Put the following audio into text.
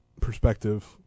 perspective